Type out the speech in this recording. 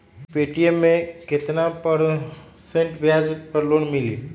Paytm मे केतना percent ब्याज पर लोन मिली?